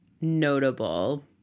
notable